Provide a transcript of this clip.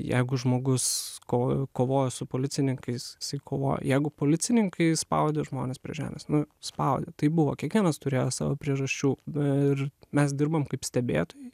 jeigu žmogus kovo kovoje su policininkais jisai kovoja jeigu policininkai spaudė žmones prie žemės spaudė taip buvo kiekvienas turėjo savo priežasčių ir mes dirbam kaip stebėtojai